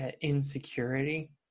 insecurity